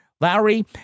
Lowry